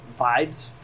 vibes